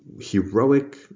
heroic